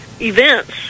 events